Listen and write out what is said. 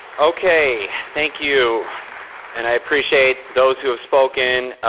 okay, thank you and i appreciate those who have spoken,